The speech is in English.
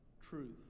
truth